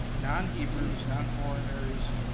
non-hebrews, non-foreigners,